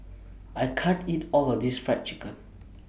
I can't eat All of This Fried Chicken